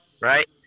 right